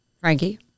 Frankie